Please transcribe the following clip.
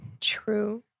True